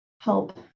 help